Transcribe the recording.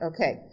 Okay